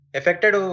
affected